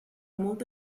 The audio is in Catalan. molta